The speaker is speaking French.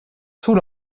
sous